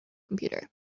computer